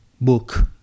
book